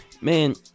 Man